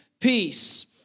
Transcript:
peace